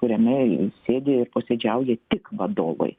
kuriame sėdi ir posėdžiauja tik vadovai